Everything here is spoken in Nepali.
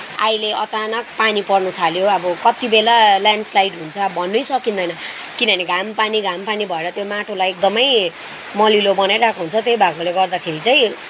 अहिले अचानक पानी पर्न थाल्यो अब कतिबेला ल्यान्डस्लाइड हुन्छ भन्नै सकिँदैँन किनभने घामपानी घामपानी भएर त्यो माटोलाई एकदमै मलिलो बनाइरहको हुन्छ त्यही भएकोले गर्दाखेरि चाहिँ